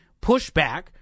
pushback